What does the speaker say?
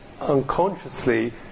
unconsciously